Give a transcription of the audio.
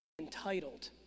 entitled